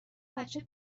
بچه